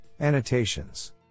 annotations